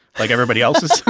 like everybody else's?